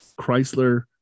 Chrysler